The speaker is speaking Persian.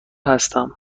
هستم